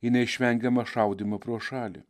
į neišvengiamą šaudymą pro šalį